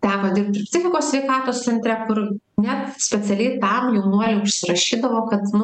teko dirbt ir psichikos sveikatos centre kur net specialiai tam jaunuoliai užsirašydavo kad nu